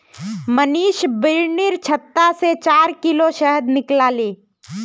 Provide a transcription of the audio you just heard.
मनीष बिर्निर छत्ता से चार किलो शहद निकलाले